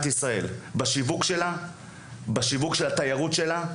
ישראל: בשיווק של מדינת ישראל ושל התיירות שלה,